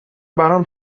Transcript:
برام